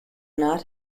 not